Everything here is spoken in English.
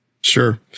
Sure